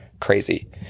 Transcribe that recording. Crazy